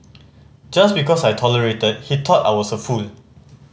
just because I tolerated he thought I was a fool